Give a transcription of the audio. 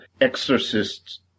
exorcists